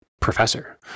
professor